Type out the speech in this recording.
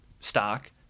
stock